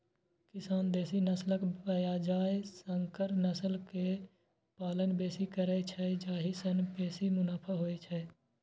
किसान देसी नस्लक बजाय संकर नस्ल के पालन बेसी करै छै, जाहि सं बेसी मुनाफा होइ छै